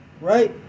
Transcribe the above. Right